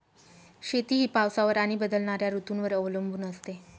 शेती ही पावसावर आणि बदलणाऱ्या ऋतूंवर अवलंबून असते